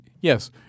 yes